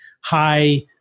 high